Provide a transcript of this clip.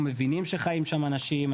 אנחנו מבינים שחיים שם אנשים,